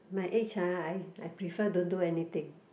my age ah I I prefer don't do anything